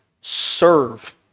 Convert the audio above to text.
serve